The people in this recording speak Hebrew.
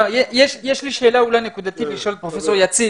יש לי שאלה אולי נקודתית לשאול את פרופסור יציב.